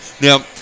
Now